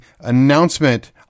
announcement